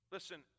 Listen